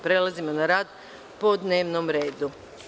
Prelazimo na rad po dnevnom redu.